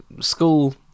school